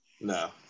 no